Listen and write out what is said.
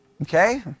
Okay